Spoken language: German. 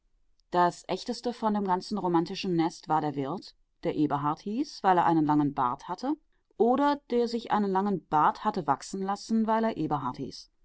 das echteste von dem ganzen romantischen nest war der wirt der eberhard hieß weil er einen langen bart hatte oder der sich einen langen bart hatte wachsen lassen weil er eberhard hieß